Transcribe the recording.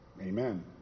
Amen